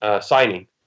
signing